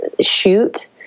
shoot